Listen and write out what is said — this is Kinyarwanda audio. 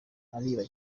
ariba